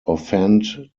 offend